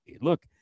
look